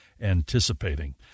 anticipating